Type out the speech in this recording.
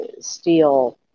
steel